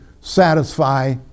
satisfy